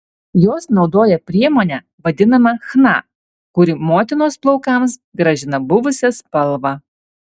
jos naudoja priemonę vadinamą chna kuri motinos plaukams grąžina buvusią spalvą